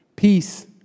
Peace